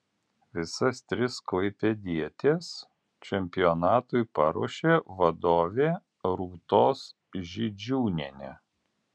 visas tris klaipėdietės čempionatui paruošė vadovė rūtos židžiūnienė